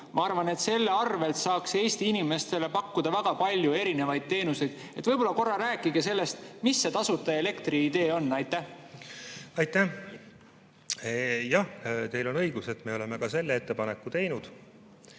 Ma arvan, et selle arvelt saaks Eesti inimestele pakkuda väga palju erinevaid teenuseid. Võib-olla korra rääkige sellest, mis see tasuta elektri idee on! Aitäh! Aitäh! Jah, teil on õigus, et me oleme ka selle ettepaneku teinud.